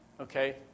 okay